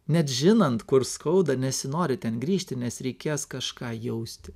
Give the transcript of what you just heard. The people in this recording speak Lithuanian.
net žinant kur skauda nesinori ten grįžti nes reikės kažką jausti